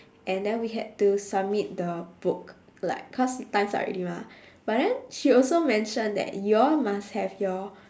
and then we had to submit the book like cause time's up already mah but then she also mentioned that you all must have your